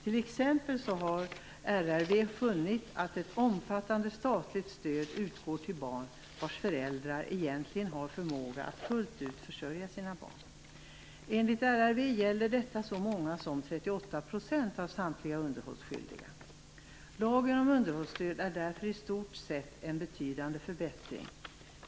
T.ex. har RRV funnit att ett omfattande statligt stöd utgår till barn vars föräldrar egentligen har förmåga att fullt ut försörja sina barn. Enligt RRV gäller detta så många som 38 % av samtliga underhållsskyldiga. Lagen om underhållsstöd är därför i stort sett en betydande förbättring.